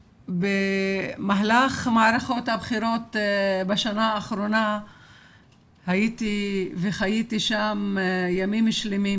במהלך מערכות הבחירות בשנה האחרונה הייתי וחייתי שם ימים שלמים